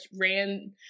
ran